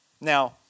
Now